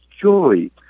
joy